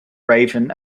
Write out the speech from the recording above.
raven